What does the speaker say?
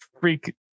freak